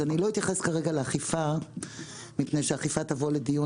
אני לא אתייחס כרגע לאכיפה מפני שהאכיפה תבוא לדיון,